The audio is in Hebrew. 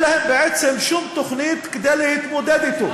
להם בעצם שום תוכנית כדי להתמודד אתו.